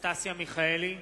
אנסטסיה מיכאלי,